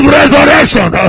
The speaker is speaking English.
resurrection